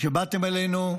שבאתם אלינו.